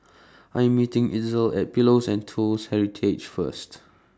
I Am meeting Itzel At Pillows and Toast Heritage First